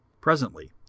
Presently